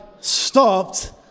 stopped